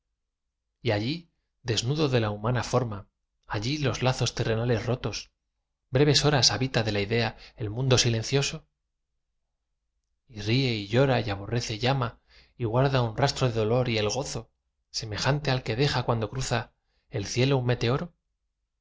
y allí desnudo de la humana forma allí los lazos terrenales rotos breves horas habita de la idea el mundo silencioso y ríe y llora y aborrece y ama y guarda un rastro del dolor y el gozo semejante al que deja cuando cruza el cielo un meteoro yo